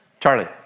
Charlie